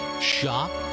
Shop